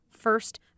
first